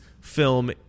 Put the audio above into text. film